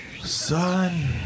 Son